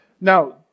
now